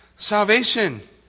Salvation